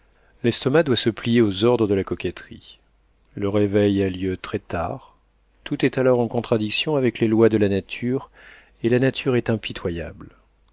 l'estomac doit se plier aux ordres de la coquetterie le réveil a lieu très-tard tout est alors en contradiction avec les lois de la nature et la nature est impitoyable